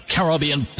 Caribbean